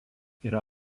yra